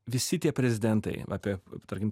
visi tie prezidentai apie tarkim